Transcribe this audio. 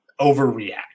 overreact